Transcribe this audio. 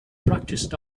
practiced